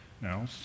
Now